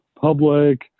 public